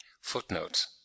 Footnote